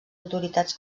autoritats